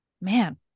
man